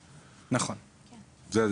מדובר על 2%. להערכתי,